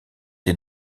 est